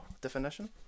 definition